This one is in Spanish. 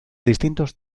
distintos